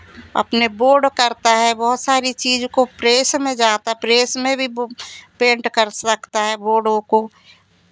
अपने बोर्ड करता है बहुत सारी चीज़ को प्रेस में जाता प्रेस में भी वो पेंट कर सकता है बोर्डों को